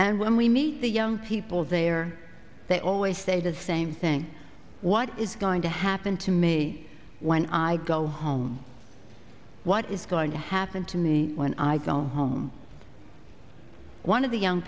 and when we meet the young people there they always say the same thing what is going to happen to me when i go home what is going to happen to me when i go home one of the young